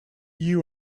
you